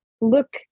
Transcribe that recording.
look